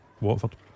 Watford